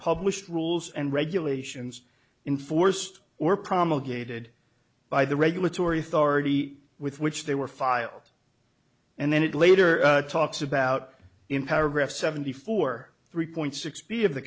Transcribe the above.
published rules and regulations in forced or promulgated by the regulatory authority with which they were filed and then it later talks about in paragraph seventy four three point six b of the